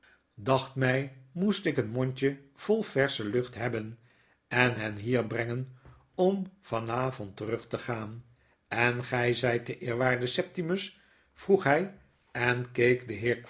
dacht mij moest ik een mondje vol versche lucht hebben en hen hier brengen om van avond terug te gaan en gy zyt de eerwaarde septimus vroeg hij en keek den